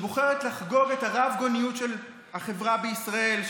שבוחרת לחגוג את הרבגוניות של החברה בישראל,